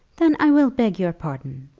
then i will beg your pardon.